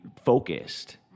focused